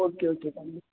okay okay Kandy